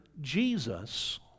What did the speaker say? Jesus